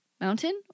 Mountain